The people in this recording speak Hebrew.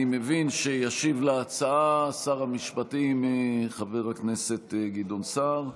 אני מבין שישיב להצעה שר המשפטים חבר הכנסת גדעון סער.